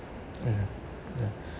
ya ya